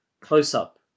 close-up